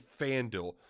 FanDuel